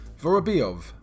Vorobyov